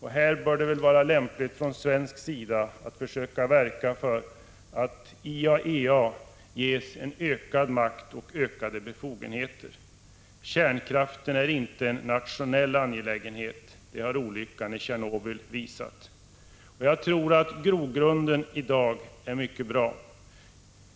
Här bör det vara lämpligt att från svensk sida försöka verka för att IAEA ges ökad makt och ökade befogenheter. Kärnkraften är inte en nationell angelägenhet. Det har olyckan i Tjernobyl visat. Grogrunden är god i dag.